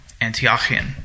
Antiochian